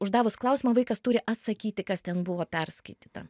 uždavus klausimą vaikas turi atsakyti kas ten buvo perskaityta